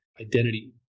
identity